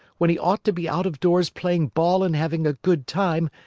when he ought to be out-of-doors playing ball and having a good time,